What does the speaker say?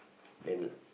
then would